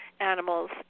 animals